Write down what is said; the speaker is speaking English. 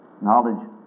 Knowledge